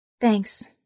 Thanks